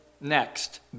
Next